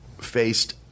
faced